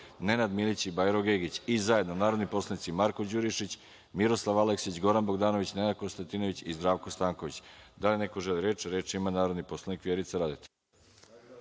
Nenad Milić i Bajro Gegić i zajedno narodni poslanici Marko Đurišić, Miroslav Aleksić, Goran Bogdanović, Nenad Konstantinović i Zdravko Stanković. Da li neko želi reč? Reč ima narodni poslanik Vjerica Radeta.